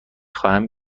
خواهم